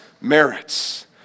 merits